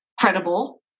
credible